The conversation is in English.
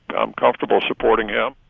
i'm comfortable supporting him.